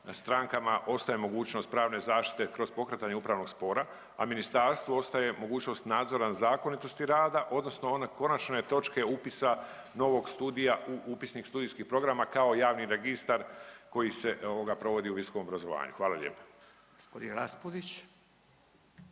strankama ostaje mogućnost pravne zaštite kroz pokretanje upravnog spora, a ministarstvu ostaje mogućnost nadzora nad zakonitosti rada odnosno one konačne točke upisa novog studija u Upisnik studijskih programa kao javni registar koji se provodi u visokom obrazovanju. Hvala lijepa. **Radin, Furio